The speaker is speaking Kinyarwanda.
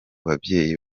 babyeyi